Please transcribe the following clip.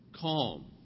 Calm